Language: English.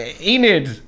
Enid